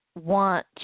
want